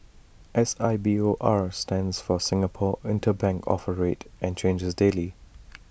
S I B O R stands for Singapore interbank offer rate and changes daily